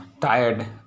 tired